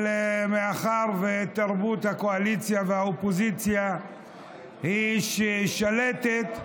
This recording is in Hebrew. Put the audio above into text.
אבל מאחר שתרבות הקואליציה והאופוזיציה היא ששלטת,